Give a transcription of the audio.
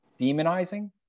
demonizing